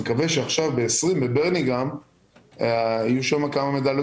אני מקווה שב-20' בברניגהאם יהיו שם כמה מדליות